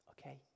okay